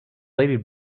lady